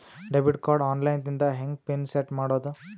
Debit card online ದಿಂದ ಹೆಂಗ್ pin set ಮಾಡೋದು?